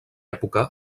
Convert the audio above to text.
època